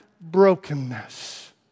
brokenness